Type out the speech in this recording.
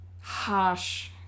harsh